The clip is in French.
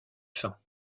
fins